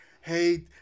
hey